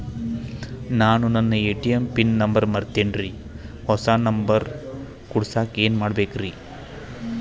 ನಾನು ನನ್ನ ATM pin number ಮರ್ತೇನ್ರಿ, ಹೊಸಾ ನಂಬರ್ ಕುಡಸಾಕ್ ಏನ್ ಮಾಡ್ಬೇಕ್ರಿ?